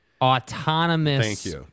Autonomous